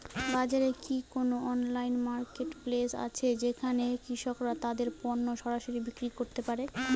বাজারে কি কোন অনলাইন মার্কেটপ্লেস আছে যেখানে কৃষকরা তাদের পণ্য সরাসরি বিক্রি করতে পারে?